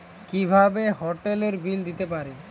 কিভাবে হোটেলের বিল দিতে পারি?